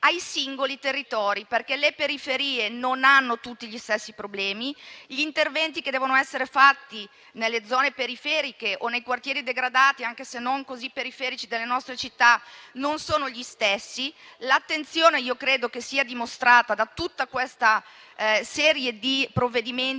ai singoli territori, perché le periferie non hanno tutte gli stessi problemi. Gli interventi che devono essere fatti nelle zone periferiche o nei quartieri degradati, anche se non così periferici, delle nostre città non sono gli stessi. Credo che l'attenzione sia dimostrata da tutta la serie di provvedimenti